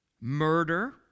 murder